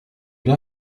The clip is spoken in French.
bien